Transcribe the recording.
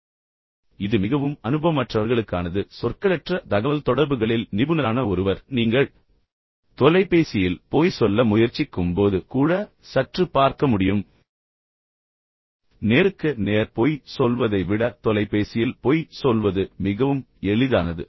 எனவே இது மிகவும் அனுபவமற்றவர்களுக்கானது ஆனால் சொற்களற்ற தகவல்தொடர்புகளில் நிபுணரான ஒருவர் நீங்கள் தொலைபேசியில் பொய் சொல்ல முயற்சிக்கும்போது கூட சற்று பார்க்க முடியும் நேருக்கு நேர் பொய் சொல்வதை விட தொலைபேசியில் பொய் சொல்வது மிகவும் எளிதானது